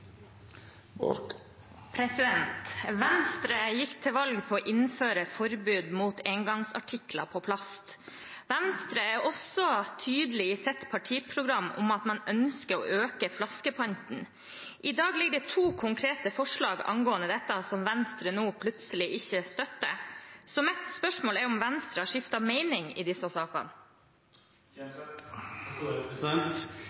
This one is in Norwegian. replikkordskifte. Venstre gikk til valg på å innføre forbud mot engangsartikler av plast. Venstre er også tydelig i sitt partiprogram om at man ønsker å øke flaskepanten. I dag ligger det to konkrete forslag angående dette, som Venstre nå plutselig ikke støtter. Mitt spørsmål er om Venstre har skiftet mening i disse sakene.